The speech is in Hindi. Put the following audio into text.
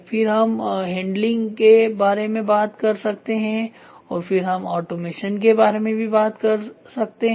फिर हम हैंडलिंग के बारे में बात कर सकते हैं और फिर हम ऑटोमेशन के बारे में भी बात कर सकते हैं